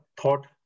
thought